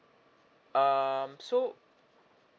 um so